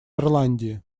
ирландии